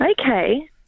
Okay